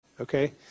okay